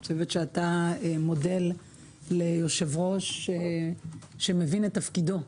אתה מודל ליושב-ראש שמבין את תפקידו,